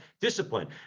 discipline